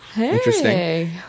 Interesting